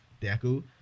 Deku